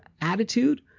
attitude